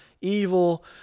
evil